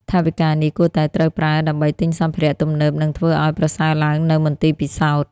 ថវិកានេះគួរតែត្រូវប្រើដើម្បីទិញសម្ភារៈទំនើបនិងធ្វើឱ្យប្រសើរឡើងនូវមន្ទីរពិសោធន៍។